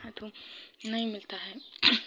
हाँ तो नहीं मिलता है